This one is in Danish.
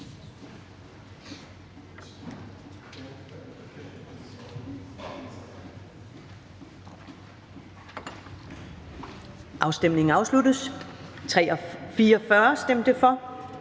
Afstemningen afsluttes. For stemte 39